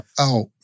out